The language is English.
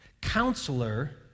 Counselor